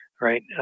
right